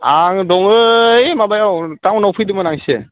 आं दङ ओइ माबायाव टाउनाव फैदोमोन आं एसे